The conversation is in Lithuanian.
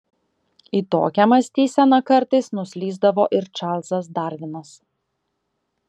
į tokią mąstyseną kartais nuslysdavo ir čarlzas darvinas